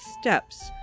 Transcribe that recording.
steps